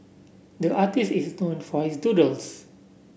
the artist is known for his doodles